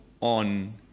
on